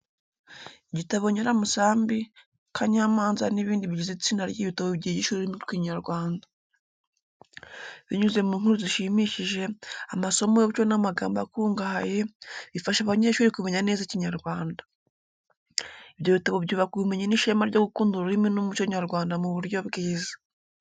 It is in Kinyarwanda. Igitabo Nyiramusambi, Kanyamanza n’ibindi bigize itsinda ry’ibitabo byigisha ururimi rw’Ikinyarwanda. Binyuze mu nkuru zishimishije, amasomo y’umuco n’amagambo akungahaye, bifasha abanyeshuri kumenya neza Ikinyarwanda. Ibyo bitabo byubaka ubumenyi n’ishema ryo gukunda ururimi n’umuco nyarwanda mu buryo bwiza.